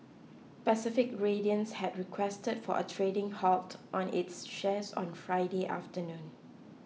Pacific Radiance had requested for a trading halt on its shares on Friday afternoon